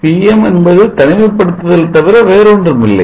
Pin என்பது தனிமைப்படுத்தல் தவிர வேறுஒன்றும் இல்லை